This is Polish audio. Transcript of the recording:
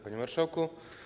Panie Marszałku!